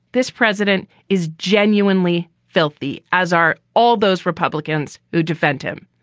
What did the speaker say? this president is genuinely filthy, as are all those republicans who defend him.